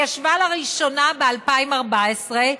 היא ישבה לראשונה ב-2014,